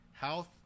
health